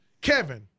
Kevin